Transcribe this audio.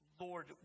Lord